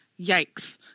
yikes